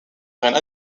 reine